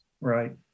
Right